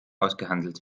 ausgehandelt